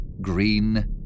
green